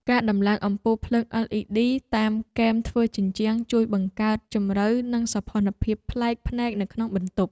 ការដំឡើងអំពូលភ្លើង LED តាមគែមធ្នើរជញ្ជាំងជួយបង្កើតជម្រៅនិងសោភ័ណភាពប្លែកភ្នែកនៅក្នុងបន្ទប់។